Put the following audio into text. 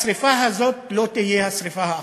השרפה הזאת לא תהיה השרפה האחרונה.